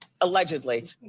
Allegedly